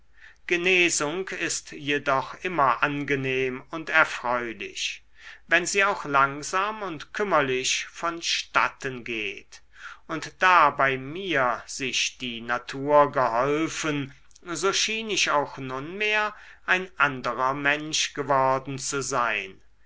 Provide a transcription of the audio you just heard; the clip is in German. genesung ist jedoch immer angenehm und erfreulich wenn sie auch langsam und kümmerlich vonstatten geht und da bei mir sich die natur geholfen so schien ich auch nunmehr ein anderer mensch geworden zu sein